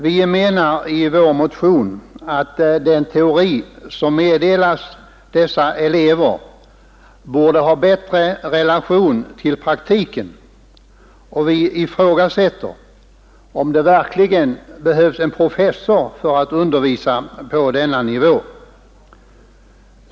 Vi anser i vår motion att den teoretiska undervisning som meddelas dessa elever borde ha bättre relation till praktiken, och vi ifrågasätter om det verkligen behövs en professor för att undervisa på denna nivå.